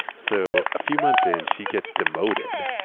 so a few months in she gets demoted.